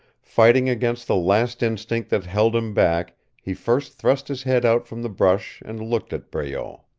fighting against the last instinct that held him back he first thrust his head out from the brush and looked at breault.